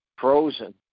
frozen